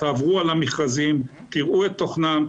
תעברו על המכרזים תראו את תוכנם,